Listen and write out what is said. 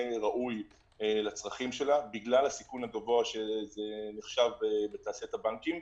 ראוי לצרכים שלה בגלל הסיכון הגבוה שזה נחשב בתעשיית הבנקים.